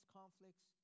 conflicts